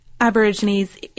Aborigines